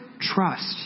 trust